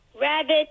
Rabbit